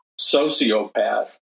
sociopath